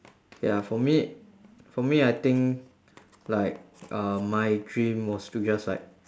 ya for me for me I think like uh my dream was to just like